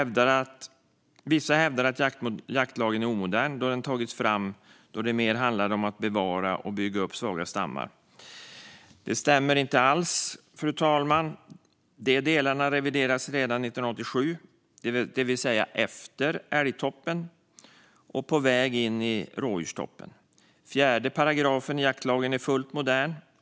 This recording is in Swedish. Vissa hävdar att jaktlagen är omodern då den togs fram under en tid när det mer handlade om att bevara och bygga upp svaga stammar. Det stämmer inte alls, fru talman - de delarna reviderades redan 1987, det vill säga efter älgtoppen och på väg in i rådjurstoppen. Den fjärde paragrafen i jaktlagen är fullt modern.